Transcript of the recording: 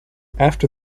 after